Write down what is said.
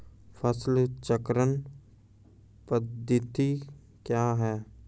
फसल चक्रण पद्धति क्या हैं?